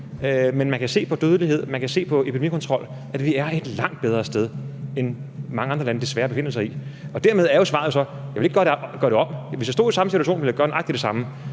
men man kan se på dødeligheden og epidemikontrollen, at vi er et langt bedre sted end der, hvor mange andre lande desværre befinder sig. Dermed er svaret jo så, at jeg ikke ville gøre det om. Hvis jeg stod i samme situation, ville jeg gøre nøjagtig det samme.